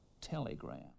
telegram